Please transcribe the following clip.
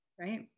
right